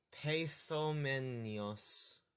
Pathomenios